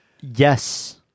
Yes